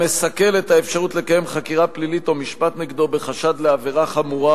המסכל את האפשרות לקיים חקירה פלילית או משפט נגדו בחשד לעבירה חמורה